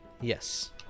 Yes